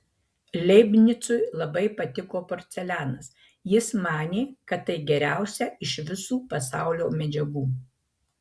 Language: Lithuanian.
leibnicui labai patiko porcelianas jis manė kad tai geriausia iš visų pasaulio medžiagų